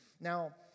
Now